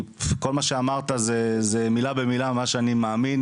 כל מה שאמרת זה מילה במילה מה שאני מאמין